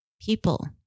people